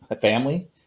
family